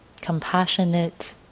compassionate